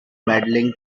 medaling